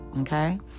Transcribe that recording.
Okay